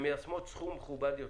שמיישמות את סכום מכובד יותר.